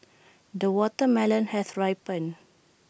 the watermelon has ripened